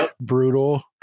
brutal